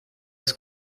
his